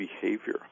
behavior